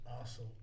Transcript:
Awesome